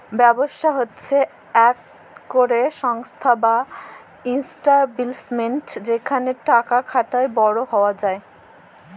ব্যবসা হছে ইকট ক্যরে সংস্থা বা ইস্টাব্লিশমেল্ট যেখালে টাকা খাটায় বড় হউয়া যায়